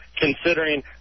considering